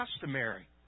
customary